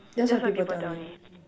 that's what people tell me